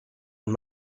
und